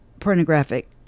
pornographic